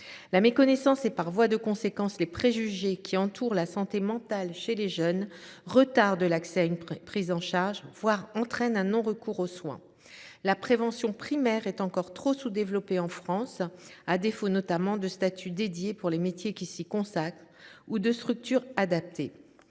La méconnaissance et, par voie de conséquence, les préjugés qui entourent la santé mentale chez les jeunes retardent l’accès à une prise en charge, voire entraînent un non recours aux soins. La prévention primaire est encore trop sous développée en France, à défaut notamment de statut spécifique pour les métiers qui s’y consacrent ou de structure adaptée.